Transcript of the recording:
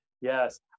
Yes